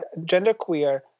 genderqueer